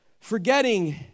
Forgetting